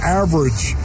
average